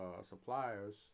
suppliers